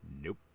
Nope